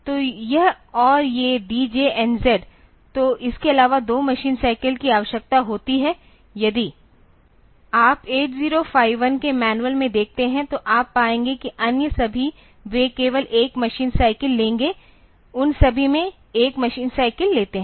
तो यह और ये DJNZ तो इसके अलावा 2 मशीन साइकिल की आवश्यकता होती है यदि आप 8051 के मैनुअल में देखते हैं तो आप पाएंगे कि अन्य सभी वे केवल 1 मशीन साइकिल लेंगे उन सभी में 1 मशीन साइकिल लेते हैं